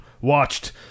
watched